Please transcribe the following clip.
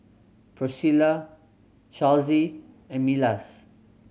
Pricilla Charlsie and Milas